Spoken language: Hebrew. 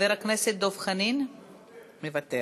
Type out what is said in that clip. חבר הכנסת דב חנין, מוותר.